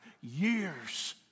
years